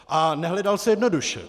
A nehledal se jednoduše.